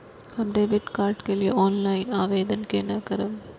हम debit card के लिए ऑनलाइन आवेदन केना करब?